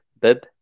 bib